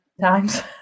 times